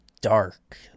dark